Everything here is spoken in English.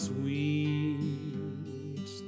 Sweet